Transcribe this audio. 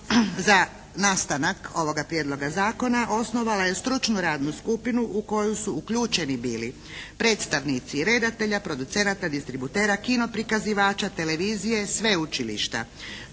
za nastanak ovoga prijedloga zakona osnovala je stručnu radnu skupinu u koju su uključeni bili predstavnici redatelja, producenata, distributera, kino prikazivača, televizije, sveučilišta,